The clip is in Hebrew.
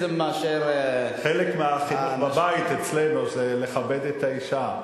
חלק מהחינוך בבית אצלנו זה לכבד את האשה,